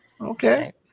Okay